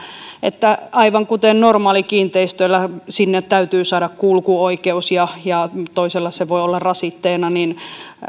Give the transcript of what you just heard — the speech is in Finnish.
että aivan kuten normaalikiinteistöillä sinne täytyy saada kulkuoikeus ja ja toisella se voi olla rasitteena